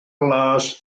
las